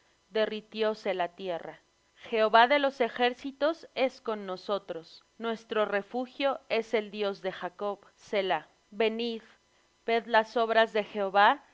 voz derritióse la tierra jehová de los ejércitos es con nosotros nuestro refugio es el dios de jacob selah venid ved las obras de jehová